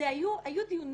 אלה היו דיונים